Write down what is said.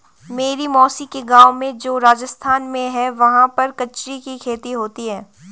मेरी मौसी के गाँव में जो राजस्थान में है वहाँ पर कचरी की खेती होती है